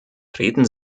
treten